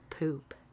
Poop